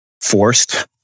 forced